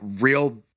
real